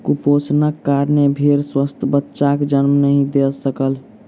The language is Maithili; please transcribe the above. कुपोषणक कारणेँ भेड़ स्वस्थ बच्चाक जन्म नहीं दय सकल